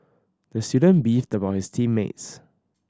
the student beefed about his team mates